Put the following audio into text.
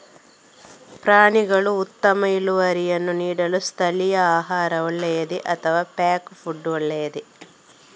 ಪ್ರಾಣಿಗಳು ಉತ್ತಮ ಇಳುವರಿಯನ್ನು ನೀಡಲು ಸ್ಥಳೀಯ ಆಹಾರ ಒಳ್ಳೆಯದೇ ಅಥವಾ ಪ್ಯಾಕ್ ಫುಡ್ ಒಳ್ಳೆಯದೇ?